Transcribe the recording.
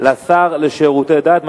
לשר לשירותי דת.